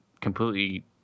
completely